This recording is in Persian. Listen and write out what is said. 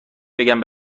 بگم